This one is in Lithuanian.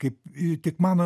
kaip tik mano